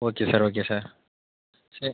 okay sir okay sir chair